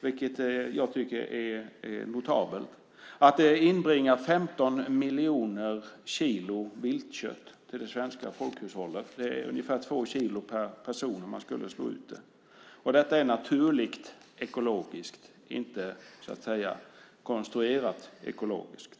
vilket jag tycker är notabelt. Den inbringar 15 miljoner kilo viltkött i det svenska folkhushållet, ungefär 2 kilo per person. Detta är naturligt ekologiskt kött, inte så att säga konstruerat ekologiskt.